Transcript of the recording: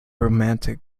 romantic